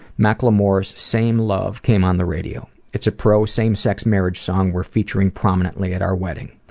macklemore's same love came on the radio. it's a pro-same-sex marriage song we are featuring prominently at our wedding.